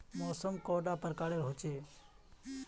मौसम कैडा प्रकारेर होचे?